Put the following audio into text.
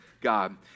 God